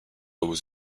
was